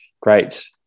great